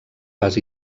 pas